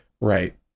Right